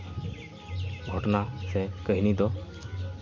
ᱜᱷᱚᱴᱚᱱᱟ ᱥᱮ ᱠᱟᱹᱦᱱᱤ ᱫᱚ